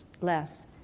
less